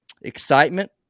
excitement